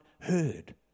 heard